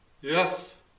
Yes